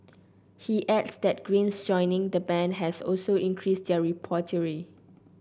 he adds that Green's joining the band has also increased their repertoire